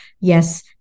yes